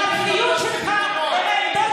אני נבחרתי בבחירות